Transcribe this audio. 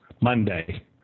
Monday